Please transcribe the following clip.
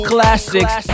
Classics